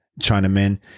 Chinamen